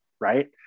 Right